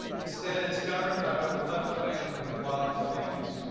instead, it's governed by what the left wing mob demands.